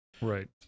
right